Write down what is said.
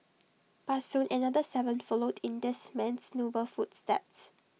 but soon another Seven followed in this man's noble footsteps